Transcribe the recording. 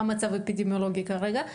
והיא מה המצב האפידמיולוגי כרגע.